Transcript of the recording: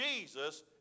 Jesus